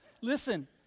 Listen